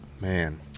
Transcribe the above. man